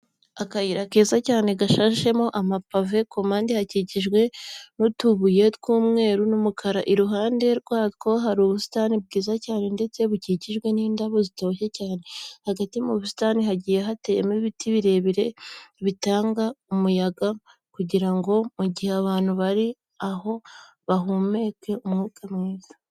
Akayira keza cyane gasashemo amapave, ku mpande gakikijwe n'utubuye tw'umweru n'umukara, iruhande rwatwo hari ubusitani bwiza cyane ndetse bukikijwe n'indabo zitoshye cyane. Hagati mu busitani hagiye hateyemo ibiti birebire bitanga umuyaga kugira ngo mu gihe abantu bari aho bahumeke umwuka mwiza.